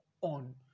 on